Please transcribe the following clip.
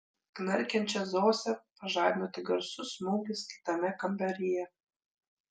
knarkiančią zosę pažadino tik garsus smūgis kitame kambaryje